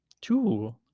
Two